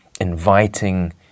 inviting